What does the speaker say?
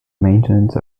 maintenance